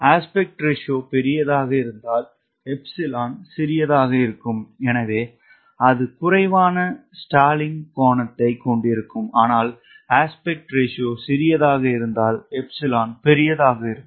விகித விகிதம் பெரியதாக இருந்தால் 𝜖 சிறியதாக இருக்கும் எனவே அது குறைவான ஸ்டாலிங் கோணத்தைக் கொண்டிருக்கும் ஆனால் விகித விகிதம் சிறியதாக இருந்தால் 𝜖 பெரியதாக இருக்கும்